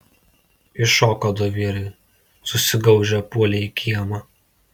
iššoko du vyrai susigaužę puolė į kiemą